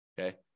Okay